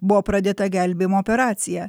buvo pradėta gelbėjimo operacija